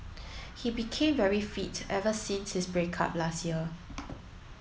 he became very fit ever since his break up last year